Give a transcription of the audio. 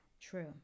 true